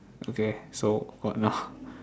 okay so got or not